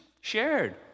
shared